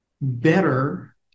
better